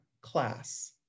class